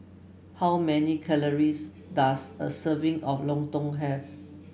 how many calories does a serving of Lontong have